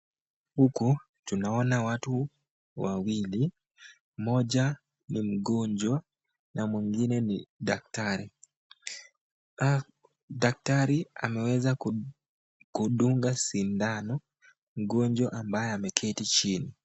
Huku tunaona watu wawili moja ni mgonjwa na mwingine ni daktari , daktari ameweza kudunga sindano mgonjwa ambaye ameketi chini.